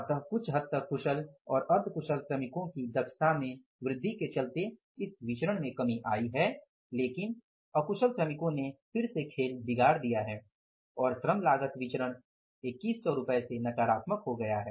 इसलिए कुछ हद तक कुशल और अर्ध कुशल श्रमिकों की दक्षता में वृद्धि के चलते इस विचरण में कमी आई है लेकिन अकुशल श्रमिको ने फिर से खेल बिगाड़ दिया है और श्रम लागत विचरण 2100 से नकारात्मक हो गया है